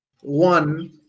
one